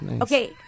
Okay